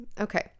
Okay